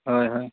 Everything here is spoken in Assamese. হয় হয়